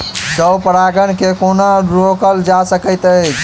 स्व परागण केँ कोना रोकल जा सकैत अछि?